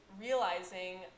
realizing